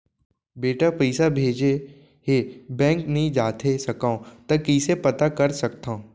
बेटा पइसा भेजे हे, बैंक नई जाथे सकंव त कइसे पता कर सकथव?